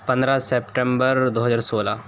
پندرہ سپٹمبر دو ہزار سولہ